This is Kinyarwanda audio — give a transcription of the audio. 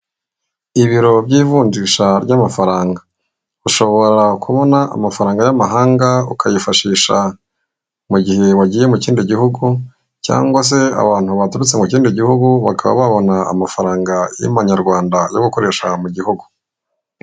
Ibiro by'ivunjisha ry'amafaranga. Ushobora kubona amafaranga y'amahanga, ukayifashisha mu gihe wagiye mu kindi gihugu, cyangwa se abantu baturutse mu kindi gihugu bakaba babona amafaranga y'amanyarwanda, yo gukoresha mu gihugu.